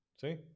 See